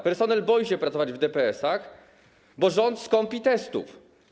Personel boi się pracować w DPS-ach, bo rząd skąpi testów.